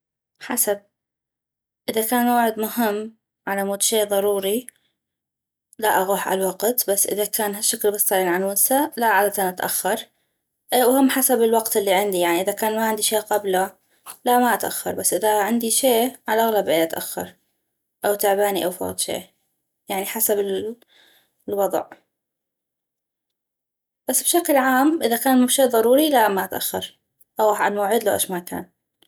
حسب اذا كان موعد مهم علمود شي ضروري لا اغوح عل وقت بس إذا كان هشكل بس طيلعين عل ونسة لا عادةً اتأخر وهم حسب الوقت العندي يعني اذا كان ما عندي شي قبله لا ما اتأخر بس اذا عندي شي عل اغلب اي اتأخر او تعباني او فغد شي يعني حسب الوضع بس بشكل عام اذا كان شي ضروري لا ما اتأخر اغوح عل موعد لو اش ما كان